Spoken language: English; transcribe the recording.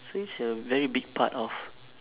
so it's a very big part of